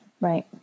Right